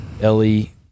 Ellie